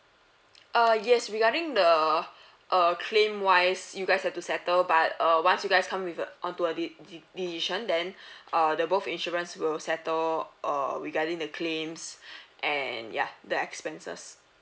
uh yes regarding the err claim wise you guys have to settle but uh once you guys come with uh onto a de~ de~ decision then uh the both insurance will settle err regarding the claims and yeah the expenses